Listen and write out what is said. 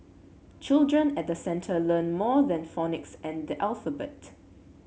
children at the centre learn more than phonics and the alphabet